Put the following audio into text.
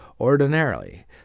Ordinarily